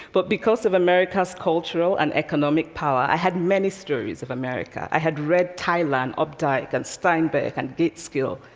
but because of america's cultural and economic power, i had many stories of america. i had read tyler and updike and steinbeck and gaitskill.